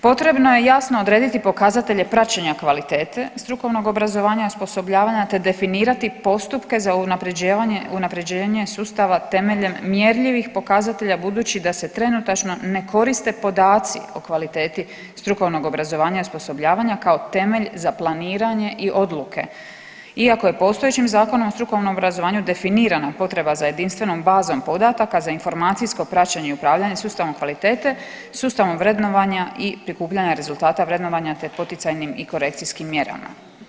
Potrebno je jasno odrediti pokazatelje praćenja kvalitete strukovnog obrazovanja i osposobljavanja, te definirati postupke za unapređenje sustava temeljem mjerljivih pokazatelja budući da se trenutačno ne koriste podaci o kvaliteti strukovnog obrazovanja i osposobljavanja kao temelj za planiranje i odluke, iako je postojećim Zakonom o strukovnom obrazovanju definirana potreba za jedinstvenom bazom podataka za informacijsko praćenje i upravljanje sustavom kvalitete, sustavom vrednovanja i prikupljanja rezultata vrednovanja te poticajnim i korekcijskim mjerama.